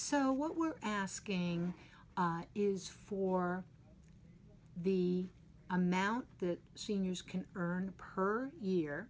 so what we're asking is for the amount that seniors can earn per year